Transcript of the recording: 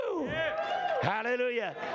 Hallelujah